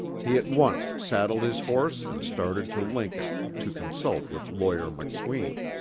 he at once saddled his horse and started to lincoln, to consult with lawyer mcsween.